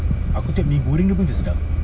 aku tengok mee goreng dia pun cam sedap